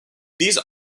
these